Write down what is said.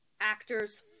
actors